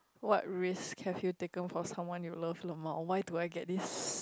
what risk have you taken for someone you love lmao why do I get this